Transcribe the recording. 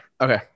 Okay